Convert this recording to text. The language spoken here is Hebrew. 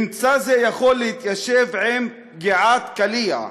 ממצא זה יכול להתיישב עם פגיעת קליע,